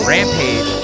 Rampage